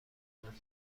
بمونم